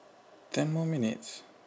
ten more minutes